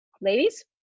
Ladies